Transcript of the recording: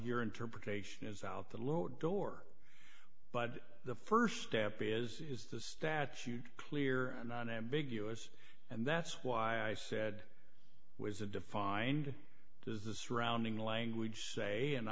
your interpretation is out the low door but the st step is is the statute clear non ambiguous and that's why i said was it defined does the surrounding language say and